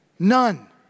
None